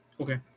Okay